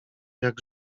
jak